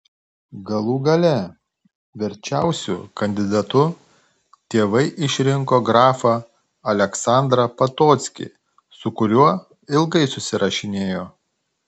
galų gale verčiausiu kandidatu tėvai išrinko grafą aleksandrą potockį su kuriuo ilgai susirašinėjo